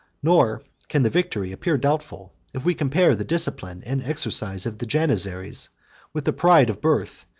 nor can the victory appear doubtful, if we compare the discipline and exercise of the janizaries with the pride of birth,